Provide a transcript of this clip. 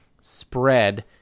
spread